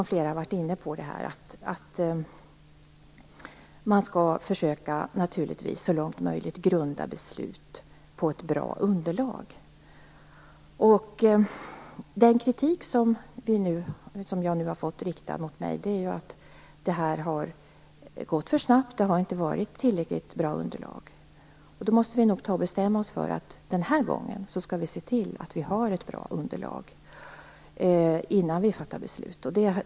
Flera har varit inne på att man skall försöka grunda beslut så långt som möjligt på ett bra underlag. Det tycker också jag är viktigt. Den kritik jag nu har fått riktad mot mig gäller att detta har gått för snabbt och att underlaget inte har varit tillräckligt bra. Vi måste nog ta och bestämma oss för att vi skall se till att vi har ett bra underlag innan vi fattar beslut den här gången.